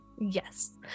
yes